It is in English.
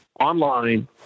online